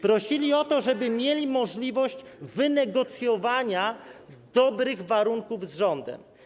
Prosili o to, żeby mieli możliwość wynegocjowania dobrych warunków z rządem.